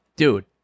dude